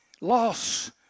Loss